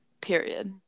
period